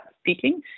speaking